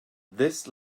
this